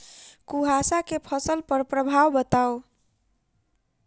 कुहासा केँ फसल पर प्रभाव बताउ?